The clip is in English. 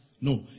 No